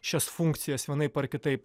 šias funkcijas vienaip ar kitaip